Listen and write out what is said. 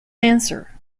answer